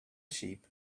sheep